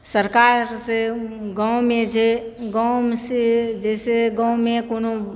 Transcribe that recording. सरकार से गाँव में से गाँव में से जैसे गाँव में कौन